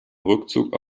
rückzug